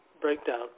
breakdown